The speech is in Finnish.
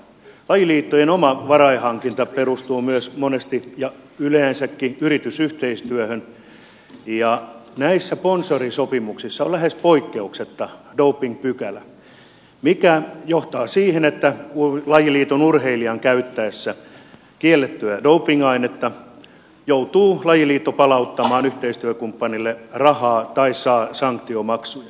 lajiliittojen oma varainhankinta perustuu myös monesti ja yleensäkin yritysyhteistyöhön ja näissä sponsorisopimuksissa on lähes poikkeuksetta dopingpykälä mikä johtaa siihen että lajiliiton urheilijan käyttäessä kiellettyä dopingainetta joutuu lajiliitto palauttamaan yhteistyökumppanille rahaa tai saa sanktiomaksuja